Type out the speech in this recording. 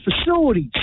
facilities